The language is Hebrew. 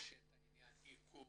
יש את העניין עיכוב